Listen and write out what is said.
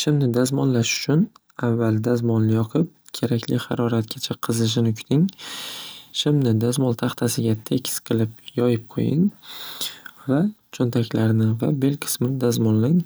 Shimni dazmollash uchun avval dazmolni yoqib, kerakli haroratgacha qizishini kuting. Shimni dazmol tahtasiga tekis qilib yoyib qo'ying va cho'ntaklarni va bel qismini dazmollang